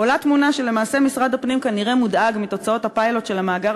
עולה תמונה שלמעשה משרד הפנים כנראה מודאג מתוצאות הפיילוט של המאגר